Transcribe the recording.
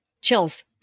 chills